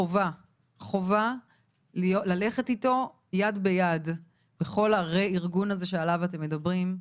חובה ללכת איתו יד ביד בכל הרה-ארגון הזה שעליו אתם מדברים.